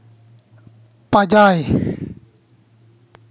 ᱯᱟᱸᱡᱟᱭ